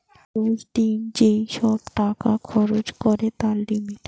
রোজ দিন যেই সব টাকা খরচ করে তার লিমিট